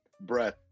breath